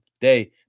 day